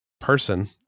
person